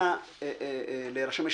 אנא, להירשם.